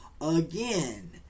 Again